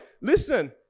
listen